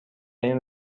این